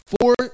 four